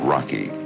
Rocky